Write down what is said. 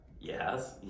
yes